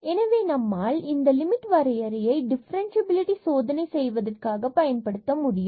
எனவே நம்மால் இந்த லிமிட் வரையறையை டிஃபரண்சியபிலிடி சோதனை செய்வதற்காக பயன்படுத்த முடியும்